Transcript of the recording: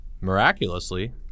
miraculously